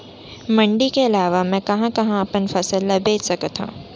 मण्डी के अलावा मैं कहाँ कहाँ अपन फसल ला बेच सकत हँव?